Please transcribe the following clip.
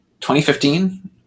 2015